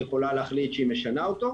היא יכולה להחליט שהיא משנה אותו,